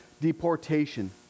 deportation